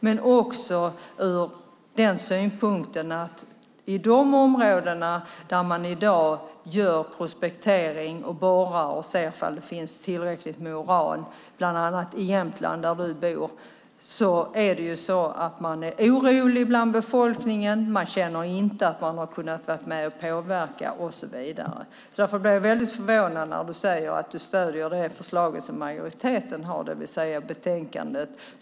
Men det handlar också om att befolkningen är orolig i de områden där man i dag prospekterar och borrar och ser ifall det finns tillräckligt med uran. Det gäller bland annat Jämtland, där du bor. Man känner inte att man har kunnat vara med och påverka och så vidare. Därför blir jag väldigt förvånad när du säger att du stöder det förslag som majoriteten har i betänkandet.